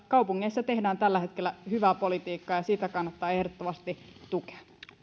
kaupungeissa tehdään tällä hetkellä hyvää politiikkaa ja sitä kannattaa ehdottomasti tukea